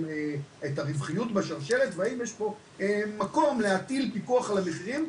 הרווחיות בשרשרת והאם יש פה מקום להטיל פיקוח על המחירים.